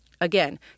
Again